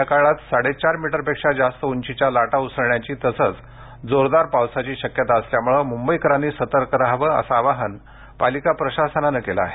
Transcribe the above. या काळात साडेचार मीटरपेक्षा जास्त उंचीच्या लाटा उसळण्याची तसंच जोरदार पाऊस कोसळण्याची शक्यता असल्यामुळे मुंबईकरांनी सतर्क रहावे असं आवाहन पालिका प्रशासनाकडून करण्यात आले आहे